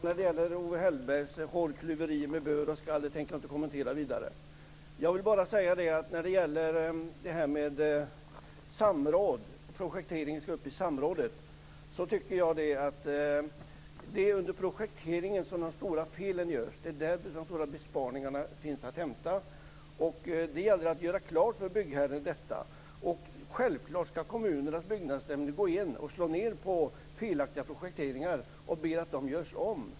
Fru talman! Owe Hellbergs hårkluverier med bör och skall tänker jag inte kommentera vidare. Jag vill bara när det gäller att projekteringen skall tas upp i samrådet säga att det är under projekteringen som de stora felen görs. Det är där som de stora besparingarna kan göras. Det gäller att göra detta klart för byggherren. Självklart skall kommunernas byggnadsnämnder gå in och slå ned på felaktiga projekteringar och be att de görs om.